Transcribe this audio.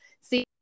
see